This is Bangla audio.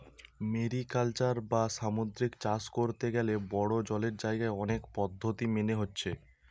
মেরিকালচার বা সামুদ্রিক চাষ কোরতে গ্যালে বড়ো জলের জাগায় অনেক পদ্ধোতি মেনে হচ্ছে